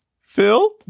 Phil